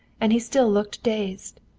and he still looked dazed.